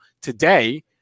today